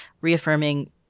reaffirming